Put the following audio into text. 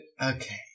Okay